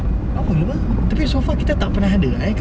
noraml apa tapi so far kita tak pernah ada eh